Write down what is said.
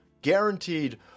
guaranteed